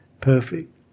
perfect